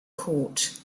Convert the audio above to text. court